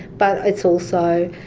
but it's also,